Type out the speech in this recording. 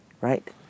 Right